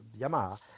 Yamaha